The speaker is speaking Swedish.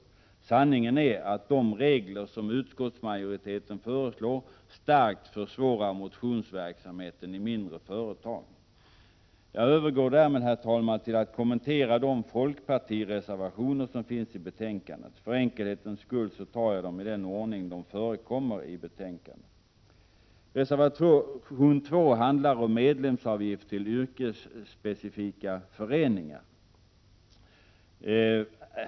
Sanningen är att de regler som utskottsmajoriteten föreslår starkt försvårar motionsverksamheten i mindre företag. Jag övergår därmed, herr talman, till att kommentera de folkpartireservationer som finns i betänkandet. För enkelhetens skull tar jag dem i den ordning de förekommer i betänkandet. Reservation 2 handlar om medlemsavgift till yrkesspecifika föreningar.